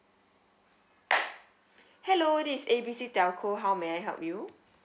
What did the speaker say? hello this is A B C telco how may I help you